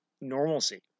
normalcy